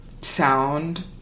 sound